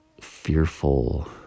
fearful